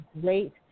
great